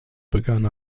begann